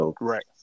right